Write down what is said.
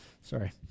Sorry